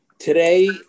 Today